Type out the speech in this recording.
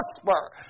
prosper